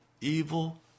evil